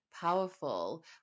powerful